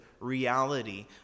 Reality